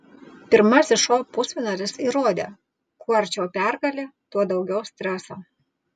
pirmasis šou pusfinalis įrodė kuo arčiau pergalė tuo daugiau streso